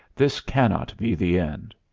this cannot be the end.